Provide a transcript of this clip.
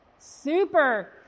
Super